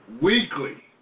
weekly